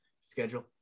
schedule